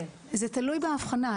זה תלוי באבחנה,